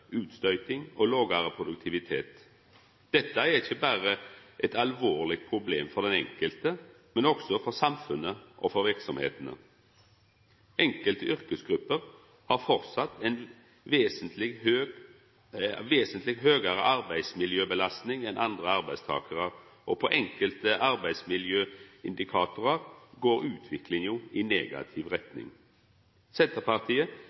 utstøyting og lågare produktivitet. Dette er ikkje berre eit alvorleg problem for den enkelte, men òg for samfunnet og for verksemdene. Enkelte yrkesgrupper har framleis ei vesentleg høgare arbeidsmiljøbelasting enn andre arbeidstakarar, og på enkelte arbeidsmiljøindikatorar går utviklinga i negativ retning. Senterpartiet